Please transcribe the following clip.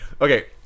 okay